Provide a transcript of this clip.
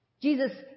Jesus